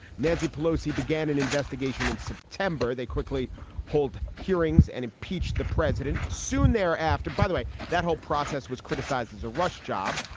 nancy pelosi began an investigation in september. they quickly hold hearings and impeach the president. soon thereafter, by the way, that whole process was criticized as a rush job.